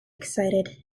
excited